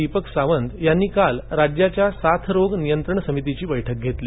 दीपक सावंत यांनी काल राज्याच्या साथरोग नियंत्रण समितीची बैठक घेतली